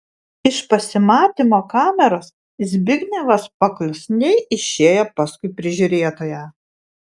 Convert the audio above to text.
iš pasimatymo kameros zbignevas paklusniai išėjo paskui prižiūrėtoją